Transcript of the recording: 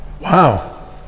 Wow